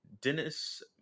Dennis